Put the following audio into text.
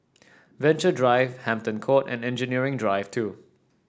Venture Drive Hampton Court and Engineering Drive Two